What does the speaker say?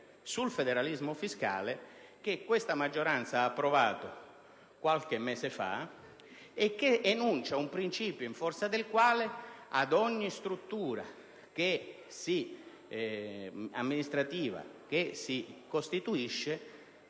sul federalismo fiscale che questa maggioranza ha approvato qualche mese fa. Tale provvedimento enuncia un principio in forza del quale ad ogni struttura amministrativa che si costituisca